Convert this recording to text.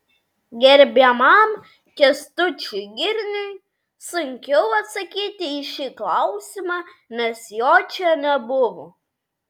gerbiamam kęstučiui girniui sunkiau atsakyti į šį klausimą nes jo čia nebuvo